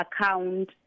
account